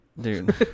Dude